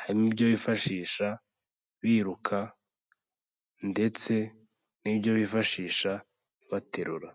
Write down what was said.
harimo ibyo bifashisha biruka, ndetse n'ibyo bifashisha baterura.